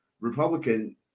Republican